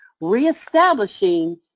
reestablishing